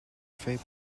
fait